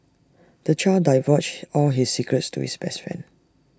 the child divulged all his secrets to his best friend